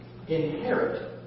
inherit